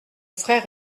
frère